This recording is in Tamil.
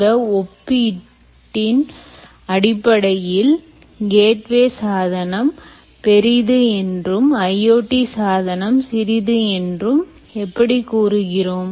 இந்த ஒப்பீட்டில் அடிப்படையில் கேட்வே சாதனம் பெரிது என்றும் IoT சாதனம் சிறியது என்றும் எப்படி கூறுகிறோம்